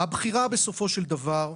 הבחירה בסופו של דבר,